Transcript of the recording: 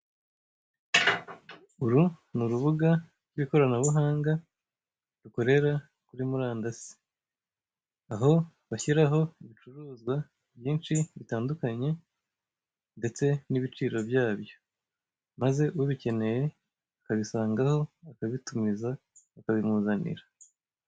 Uru ni urubuga rw'ikoranabuhanga rukorera kuri murandasi, aho bashyiraho ibicuruzwa byinshi bitandukanye ndetse n'ibiciro byabyo, maze ubikeneye akabisangaho akabitumiza, bakabimuzanira.